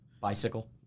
bicycle